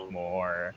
more